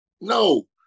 No